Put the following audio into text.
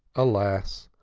alas!